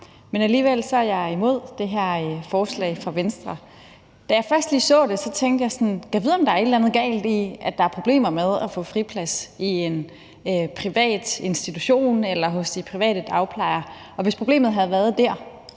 men alligevel er jeg imod det her forslag fra Venstre. Da jeg først lige så det, tænkte jeg: Gad vide, om der er et eller andet galt, at der er problemer med at få friplads i en privat institution eller hos de private dagplejere. Og hvis problemet havde været der,